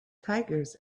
tigers